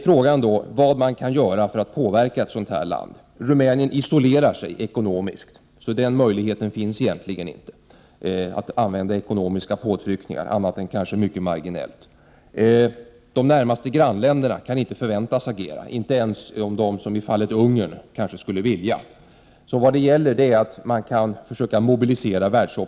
Frågan är då vad man kan göra för att påverka ett sådant land. Rumänien isolerar sig ekonomiskt, så några andra än mycket marginella möjligheter att använda ekonomiska påtryckningar finns inte. De närmaste grannländerna kan inte förväntas agera, inte ens om de som i fallet Ungern kanske skulle Prot. 1988/89:29 vilja. Vad man kan göra är att försöka mobilisera världsopinionerna.